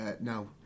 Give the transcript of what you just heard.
Now